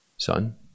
Son